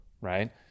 right